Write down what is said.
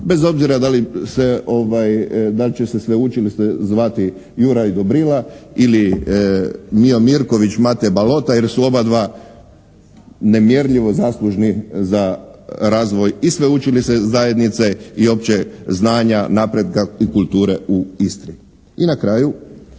se ovaj, da li će se sveučilište zvati Juraj Dobrila ili Mijo Mirković, Mate Balota jer su obadva nemjerljivo zaslužni za razvoj i sveučilišne zajednice i opće znanja, napretka i kulture u Istri. I na kraju